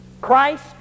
Christ